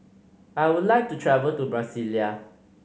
I would like to travel to Brasilia